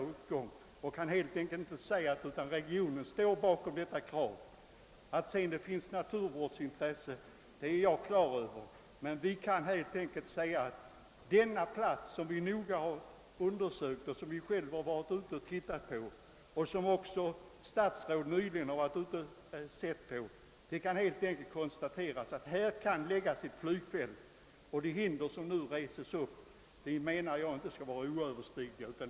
Jag kan tillägga att regionen står bakom det krav jag talat för. Att det sedan finns naturvårdsintressen är jag på det klara med, men vi kan beträffan de denna plats, som vi noga har undersökt och som vi själva varit ute och sett på och som också statsrådet nyligen har varit ute och sett på, säga att här kan förläggas ett flygfält. De hinder som nu reses är enligt min mening inte oöverstigliga.